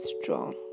strong